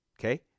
Okay